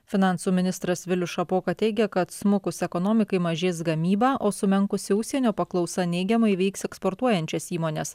finansų ministras vilius šapoka teigia kad smukus ekonomikai mažės gamyba o sumenkusi užsienio paklausa neigiamai veiks eksportuojančias įmones